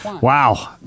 Wow